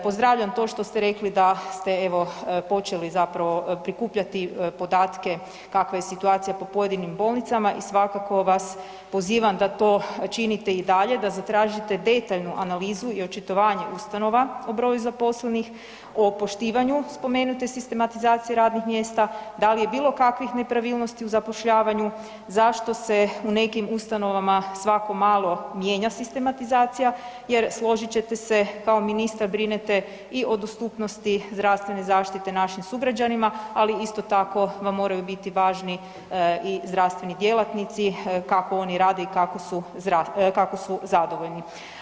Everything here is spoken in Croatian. Pozdravljam to što ste rekli da ste evo počeli zapravo prikupljati podatke kakva je situacija po pojedinim bolnicama i svakako vas pozivam da to činite i dalje, da zatražite detaljnu analizu i očitovanje ustanova o broju zaposlenih, o poštivanju spomenute sistematizacije radnih mjesta, da li je bilo kakvih nepravilnosti u zapošljavanju, zašto se u nekim ustanovama svako malo mijenja sistematizacija jer složit ćete se, kao ministar brinete i o dostupnosti zdravstvene zaštite našim sugrađanima, ali isto tako vam moraju biti važni i zdravstveni djelatnici, kako oni rade i kako su zadovoljni.